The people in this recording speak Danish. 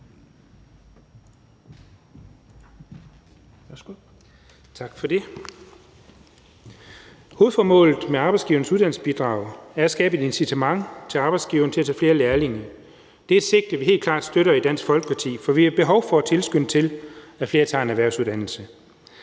Hovedformålet med Arbejdsgivernes Uddannelsesbidrag er at skabe et incitament til arbejdsgiverne til at tage flere lærlinge, og det er et sigte, som vi helt klart støtter i Dansk Folkeparti. For vi har et behov for at tilskynde til, at flere tager en erhvervsuddannelse.